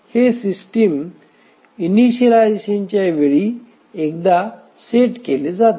हे सिस्टम इनिशिएलायझेशनच्या वेळी एकदा सेट केले जाते